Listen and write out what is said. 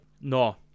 No